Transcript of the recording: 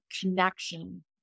connection